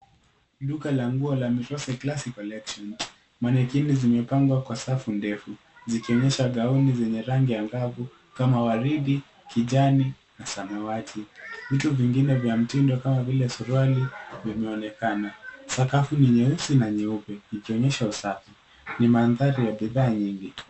Duka la nguo la Mirosa classy collections . Manekini zimepangwa kwa safu ndefu zikionyesha gauni zenye rangi angavu kama waridi, kijani na samawati. Vitu vingine vya mtindo kama vile suruali vimeonekana. Sakafu ni nyeusi na nyeupe ikionyesha usafi. Ni mandhari ya bidhaa nyingi.